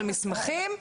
על מסמכים,